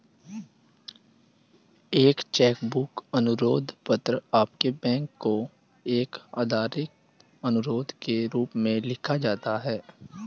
एक cheque book अनुरोध पत्र आपके बैंक को एक आधिकारिक अनुरोध के रूप में लिखा जाता है